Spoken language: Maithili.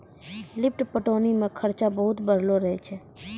लिफ्ट पटौनी मे खरचा बहुत बढ़लो रहै छै